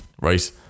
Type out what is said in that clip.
right